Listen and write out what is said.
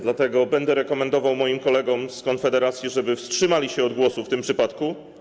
Dlatego będę rekomendował moim kolegom z Konfederacji, żeby wstrzymali się od głosu w tym przypadku.